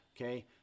Okay